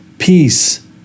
peace